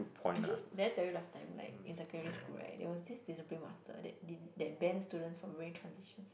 actually did I tell you last time like in secondary school right there was this discipline master that didn't that banned student from wearing transition